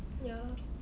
ya